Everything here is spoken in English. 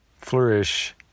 flourish